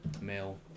male